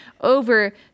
over